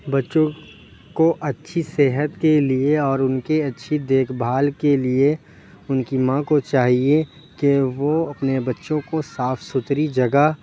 بچوں کو اچھی صحت کے لیے اور اُن کے اچھی دیکھ بھال کے لیے اُن کی ماں کو چاہیے کہ وہ اپنے بچوں کو صاف سُتھری جگہ